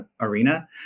arena